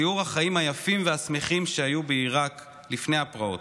תיאור החיים היפים והשמחים שהיו בעיראק לפני הפרעות,